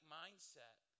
mindset